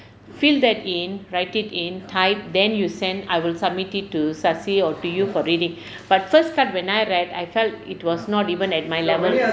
fill that in write it in type then you send I will submit it to sasi or to you for reading but first cut when I read I felt it was not even at my level